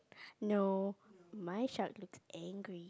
no my shark looks angry